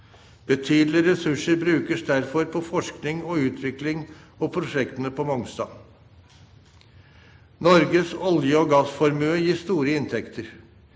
Betydelige ressurser brukes derfor på forskning og utvikling og prosjektene på Mongstad. Norges olje- og gassformue gir store inntekter.